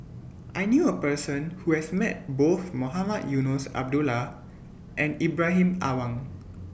I knew A Person Who has Met Both Mohamed Eunos Abdullah and Ibrahim Awang